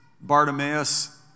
Bartimaeus